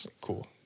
Cool